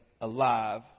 alive